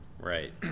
right